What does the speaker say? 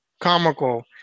comical